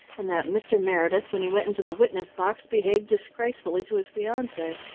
and that mr. meredith, when he went into the witness-box, behaved disgracefully to his fiancee.